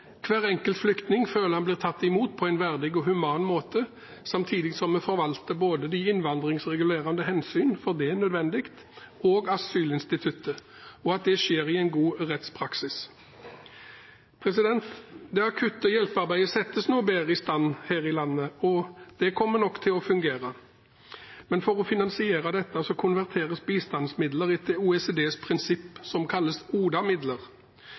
hver enkelt flyktning føler at han blir tatt imot på en verdig og human måte, samtidig som vi forvalter både de innvandringsregulerende hensyn – for det er nødvendig – og asylinstituttet, og at det skjer i en god rettspraksis. Det akutte hjelpearbeidet settes nå bedre i stand her i landet, og det kommer nok til å fungere. Men for å finansiere dette konverteres bistandsmidler etter OECDs prinsipp, som kalles